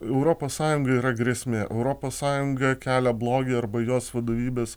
europos sąjunga yra grėsmė europos sąjunga kelia blogį arba jos vadovybės